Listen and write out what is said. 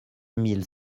mille